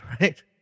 right